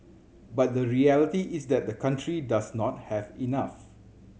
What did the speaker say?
but the reality is that the country does not have enough